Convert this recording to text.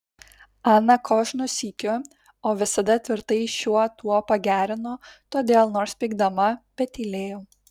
ana kožnu sykiu o visada tvirtai šiuo tuo pagerino todėl nors pykdama bet tylėjo